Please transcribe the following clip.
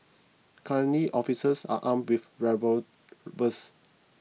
currently officers are armed with revolvers